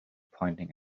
pointing